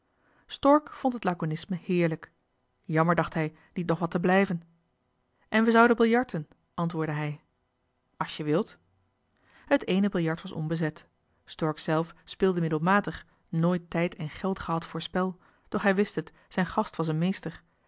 stork vond het laconisme heerlijk jammer dacht hij niet nog wat te blijven en we zouden biljarten antwoordde hij als je wilt het eene biljart was onbezet stork zelf speelde middelmatig nooit tijd en geld gehad voor spel doch hij wist het zijn gast was een meester